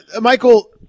Michael